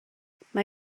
mae